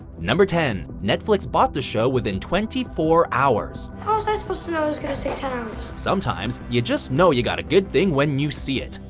number ten netflix bought the show within twenty four hours. how was i supposed to know it was going to take ten hours? sometimes, you just know you got a good thing when you see it.